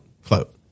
float